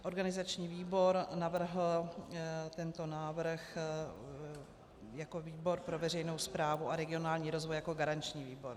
Organizační výbor navrhl pro tento návrh výbor pro veřejnou správu a regionální rozvoj jako garanční výbor.